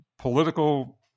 political